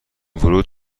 ورود